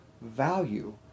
value